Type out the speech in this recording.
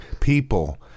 people